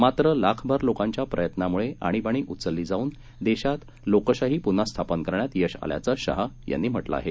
मात्र लाखभर लोकांच्या प्रयत्नामुळे आणीबाणी उचलली जाऊन देशात लोकशाही पुन्हा स्थापन करण्यात यश आल्याचं शाह यांनी म्हटलं आहे